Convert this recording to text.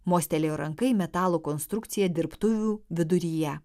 mostelėjo ranka į metalo konstrukciją dirbtuvių viduryje